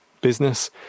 business